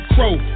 Crow